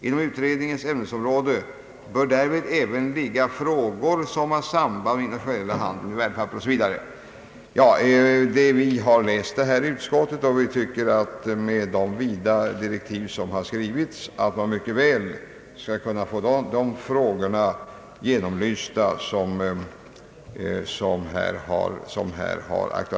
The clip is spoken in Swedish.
Inom utredningens ämnesområde bör därvid även ligga frågor som har samband med den internationella handeln med värdepapper.» Vi har läst utredningsdirektiven, och vi tycker att med dessa vida direktiv de frågor som här har aktualiserats skall kunna bli ordentligt genomlysta.